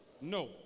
No